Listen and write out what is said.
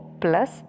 Plus